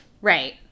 Right